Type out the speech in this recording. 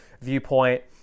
viewpoint